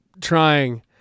trying